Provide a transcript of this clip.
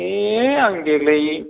ए आं देग्लाय